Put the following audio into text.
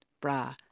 bra